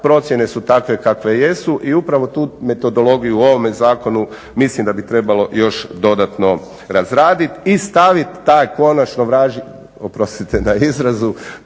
Procjene su takve kakve jesu i upravo tu metodologiju u ovome zakonu mislim da bi trebalo još dodatno razraditi i staviti taj konačno vražji, oprostite na izrazu,